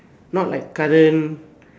not like current